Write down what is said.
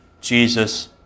Jesus